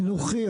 חינוכי.